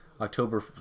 October